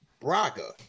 Braga